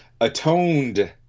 atoned